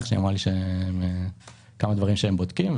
שהיא אמרה לי על כמה דברים שהם בודקים,